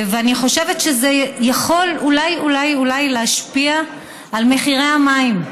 אני חושבת שזה יכול אולי אולי אולי להשפיע על מחירי המים,